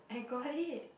I got it